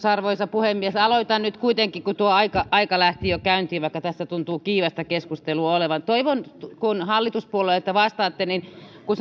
arvoisa puhemies aloitan nyt kuitenkin kun tuo aika aika lähti jo käyntiin vaikka tässä tuntuu kiivasta keskustelua olevan toivon hallituspuolueet kun vastaatte että kun